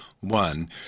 one